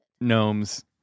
Gnomes